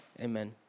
amen